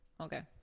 okay